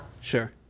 Sure